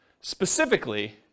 specifically